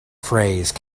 phrase